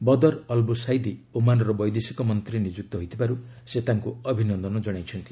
Badr Albusaidi ଓମାନର ବୈଦେଶିକ ମନ୍ତ୍ରୀ ନିଯୁକ୍ତ ହୋଇଥିବାରୁ ସେ ତାଙ୍କୁ ଅଭିନନ୍ଦନ ଜଣାଇଛନ୍ତି